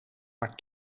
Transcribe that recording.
maar